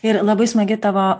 ir labai smagi tavo